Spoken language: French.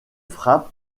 frappe